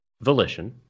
volition